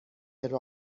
راه